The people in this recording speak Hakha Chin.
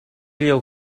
lio